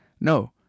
no